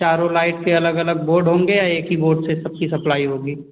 चारों लाइट के अलग अलग बोर्ड होंगे या एक ही बोर्ड से सबकी सप्लाई होगी